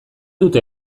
dute